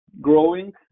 growing